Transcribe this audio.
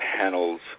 panels